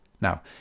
Now